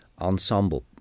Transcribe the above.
ensemble